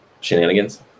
shenanigans